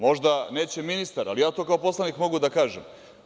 Možda neće ministar, ali ja to kao poslanik mogu da kažem.